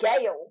gale